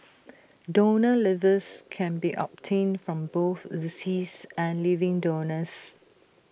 donor livers can be obtained from both deceased and living donors